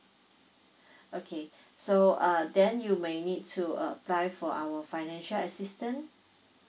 okay so uh then you may need to apply for our financial assistant